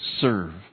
Serve